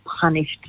punished